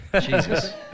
Jesus